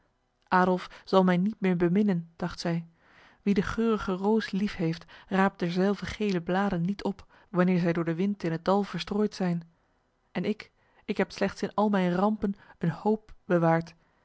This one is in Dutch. adolf zal mij niet meer beminnen dacht zij wie de geurige roos lief heeft raapt derzelver gele bladen niet op wanneer zij door de wind in het dal verstrooid zijn en ik ik heb slechts in al mijn rampen een hoop bewaard en